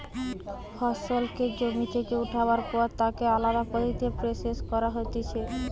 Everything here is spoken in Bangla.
ফসলকে জমি থেকে উঠাবার পর তাকে আলদা পদ্ধতিতে প্রসেস করা হতিছে